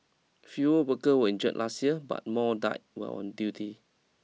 fewer workers were injured last year but more died while on duty